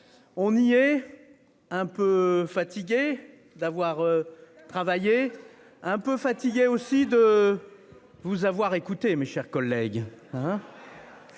On lui est. Un peu fatigué d'avoir. Travaillé un peu fatigué aussi de. Vous avoir écouté mes chers collègues.